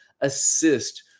assist